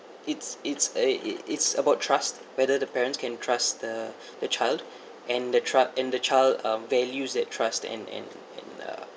it's it's a it's about trust whether the parents can trust the the child and the truck and the child uh values that trust and and uh